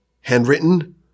handwritten